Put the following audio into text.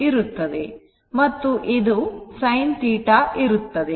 ಮತ್ತು ಇದು sin θ ಇರುತ್ತದೆ